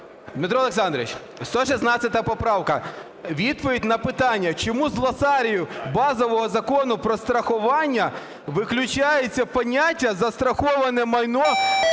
Дмитро Олександрович, 116 поправка. Відповідь на питання, чому з глосарію базового Закону "Про страхування" виключається поняття "застраховане майно"